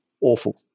awful